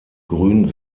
grün